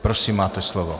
Prosím, máte slovo.